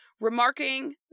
remarking